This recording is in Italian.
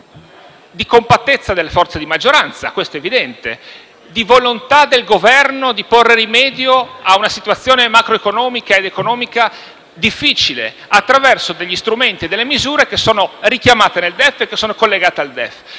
di compattezza delle forze di maggioranza e di volontà del Governo di porre rimedio a una situazione macroeconomica ed economica difficile attraverso degli strumenti e delle misure che sono richiamate e collegate al DEF.